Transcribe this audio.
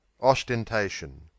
ostentation